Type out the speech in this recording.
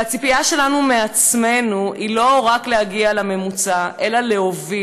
והציפייה שלנו מעצמנו היא לא רק להגיע לממוצע אלא להוביל.